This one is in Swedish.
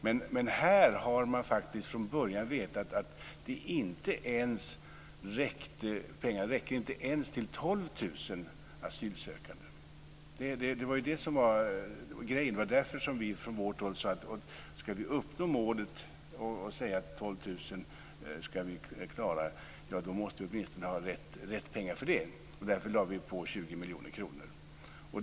Men här har man faktiskt från börjat vetat att pengarna inte ens räcker till 12 000 asylsökande. Det var därför som vi från vårt håll sade att om vi ska uppnå målet att klara 12 000 asylsökande, måste vi åtminstone ha tillräckligt med pengar för det. Därför lade vi på 20 miljoner kronor.